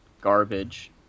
Garbage